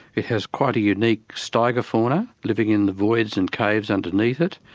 it has quite a unique stygofauna living in the voids and caves underneath it.